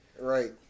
Right